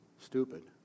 Stupid